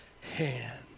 hand